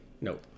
Nope